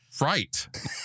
Right